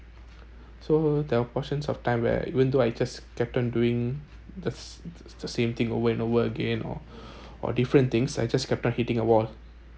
so there was portions of time where even though I just kept on doing the the same thing over and over again or or different things I just kept on hitting a wall